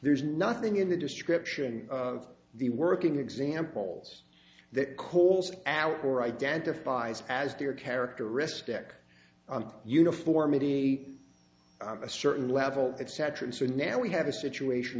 there's nothing in the description of the working examples that calls out for identifies as there characteristic uniformity a certain level etc so now we have a situation